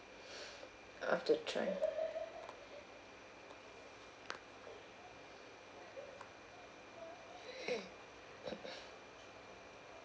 after try